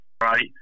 Right